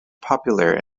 popular